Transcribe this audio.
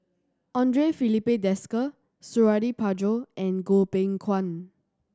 Andre Filipe Desker Suradi Parjo and Goh Beng Kwan